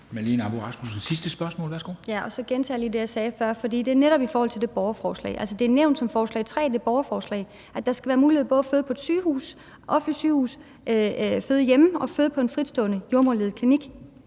Marlene Ambo-Rasmussen (V): Så gentager jeg lige det, jeg sagde før, for det er netop i forhold til det borgerforslag. Det er nævnt som forslag tre i det borgerforslag, at der skal være mulighed for både at føde på et offentligt sygehus, føde hjemme eller føde på en fritstående jordemoderledet klinik.